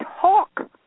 talk